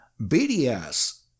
BDS